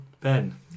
Ben